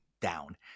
down